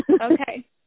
Okay